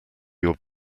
your